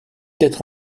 être